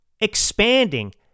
expanding